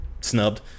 snubbed